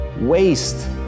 waste